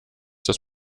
das